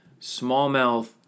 Smallmouth